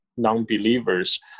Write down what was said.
non-believers